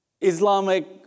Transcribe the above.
Islamic